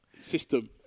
system